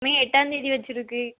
மே எட்டாம்தேதி வச்சுருக்கு